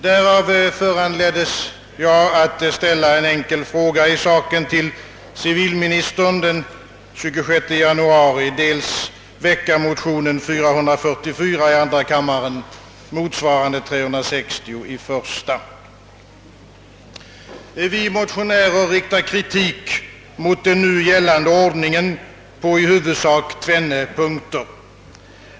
Därav föranleddes jag att ställa en enkel fråga i saken till civilministern den 26 januari och att väcka motionen nr 444 i andra kammaren, motsvarande nr 360 i första kammaren. Vi motionärer riktar kritik mot den nu gällande ordningen på i huvudsak tvenne punkter.